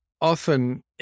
often